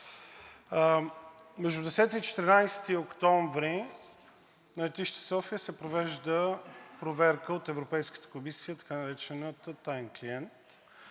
Между 10 и 14 октомври на летище София се провежда проверка от Европейската комисия, така наречената „таен клиент“,